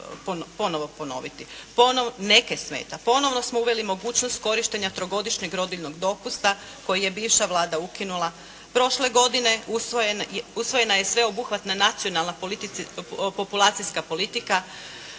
ponovno ponoviti. Neke smeta. Ponovno smo uveli mogućnost korištenja trogodišnjeg rodiljnog dopusta koji je bivša Vlada ukinula, prošle godine usvojena je sveobuhvatna nacionalna populacijska politika,